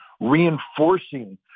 reinforcing